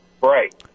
right